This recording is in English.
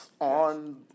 on